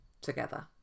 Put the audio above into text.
Together